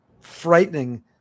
frightening